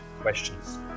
questions